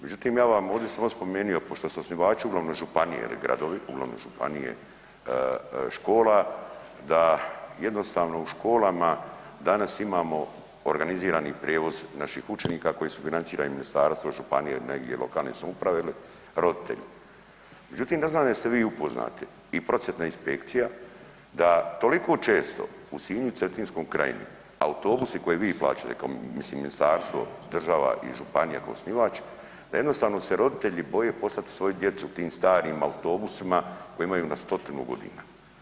Međutim ja bih vam ovdje samo spomenuo, pošto su osnivači uglavnom županije ili gradovi, uglavnom županije škola da jednostavno u školama danas imamo organizirani prijevoz naših učenika koji su financirani ministarstvo, županije ili negdje lokalne samouprave ili roditelji, međutim ne znam jeste li vi upoznati i prosvjetna inspekcija da toliko često u Sinju i Cetinskoj krajini autobusi koje vi plaćate kao mislim ministarstvo, država i županija kao osnivač, da jednostavno se roditelji boje poslati svoju djecu tim starim autobusima koji imaju na stotinu godina.